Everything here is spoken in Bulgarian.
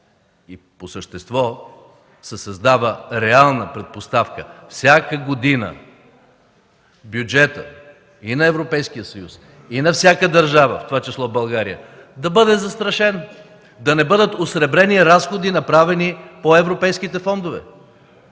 По същество се създава реална предпоставка всяка година бюджетът на Европейския съюз и на всяка държава, в това число България, да бъде застрашен, да не бъдат осребрени разходи, направени по европейските фондове.